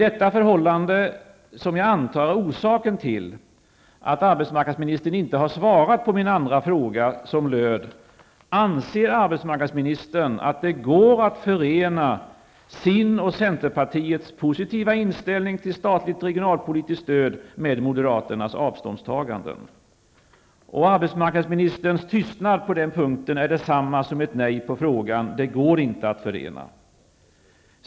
Detta förhållande, antar jag, är orsaken till att arbetsmarknadsministern inte har svarat på min andra fråga som löd: Anser arbetsmarknadsministern att det går att förena sin och centerns positiva inställning till statligt regionalpolitiskt stöd med moderaternas avståndstaganden? Arbetsmarknadsministerns tystnad på den punkten är detsamma som ett nej på den frågan, nämligen att det inte går att förena.